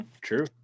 True